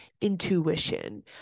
intuition